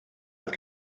oedd